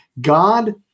God